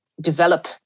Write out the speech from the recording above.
develop